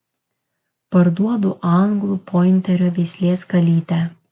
parduodu anglų pointerio veislės kalytę